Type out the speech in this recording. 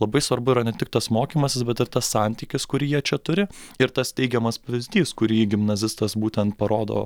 labai svarbu yra ne tik tas mokymasis bet ir tas santykis kurį jie čia turi ir tas teigiamas pavyzdys kurį gimnazistas būtent parodo